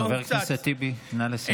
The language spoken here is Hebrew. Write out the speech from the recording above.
חבר הכנסת טיבי, נא לסיים.